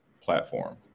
platform